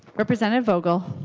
representative vogel